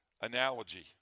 analogy